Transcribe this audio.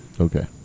Okay